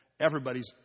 everybody's